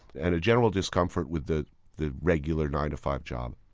and a general discomfort with the the regular nine to five job.